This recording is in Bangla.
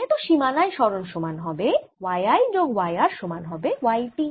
যেহেতু সীমানায় সরন সমান হবে y I যোগ y r সমান হবে y t